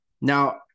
now